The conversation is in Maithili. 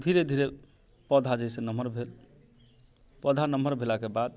धीरे धीरे पौधा जे है से नम्हर भेल पौधा नम्हर भेलाके बाद